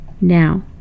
Now